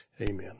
Amen